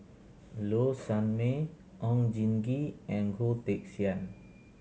Low Sanmay Oon Jin Gee and Goh Teck Sian